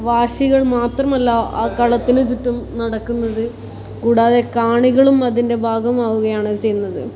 വാശികൾ മാത്രമല്ല ആ കളത്തിൽ ചുറ്റും നടക്കുന്നത് കൂടാതെ കാണികളും അതിൻ്റെ ഭാഗമാവുകയാണ് ചെയ്യുന്നത്